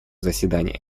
заседании